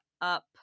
up